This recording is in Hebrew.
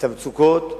את המצוקות.